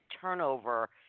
turnover